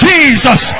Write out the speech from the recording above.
Jesus